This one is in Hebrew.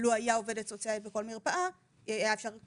לו הייתה עובדת סוציאלית בכל מרפאה, אפשר היה